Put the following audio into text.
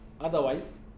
Otherwise